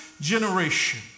generation